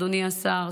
אדוני השר,